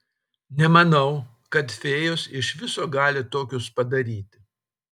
nemanau kad fėjos iš viso gali tokius padaryti